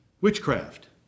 witchcraft